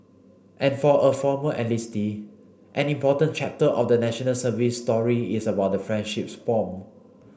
and for a former enlistee an important chapter of the National Service story is about the friendships formed